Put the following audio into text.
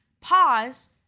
pause